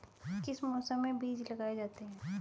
किस मौसम में बीज लगाए जाते हैं?